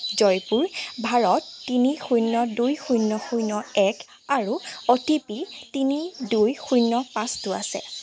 জয়পুৰ ভাৰত তিনি শূন্য দুই শূন্য শূ্ন্য এক আৰু অ' টি পি তিনি দুই শূন্য পাঁচটো আছে